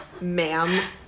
ma'am